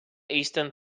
eastern